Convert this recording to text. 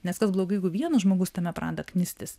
nes kas blogai jeigu vienas žmogus tame pradeda knistis